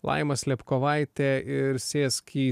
laima slėpkovaitė ir sėsk į